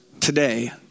today